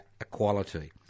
equality